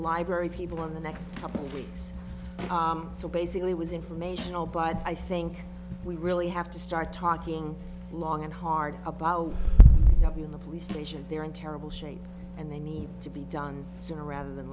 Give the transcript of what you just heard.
library people in the next couple weeks so basically was informational but i think we really have to start talking long and hard about the police station they are in terrible shape and they need to be done sooner rather than